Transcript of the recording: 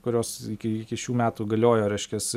kurios iki iki šių metų galiojo reiškias